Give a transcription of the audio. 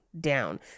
down